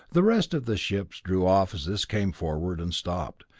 the rest of the ships drew off as this came forward, and stopped,